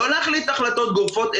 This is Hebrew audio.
לא להחליט החלטות גורפות,